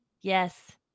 yes